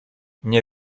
nie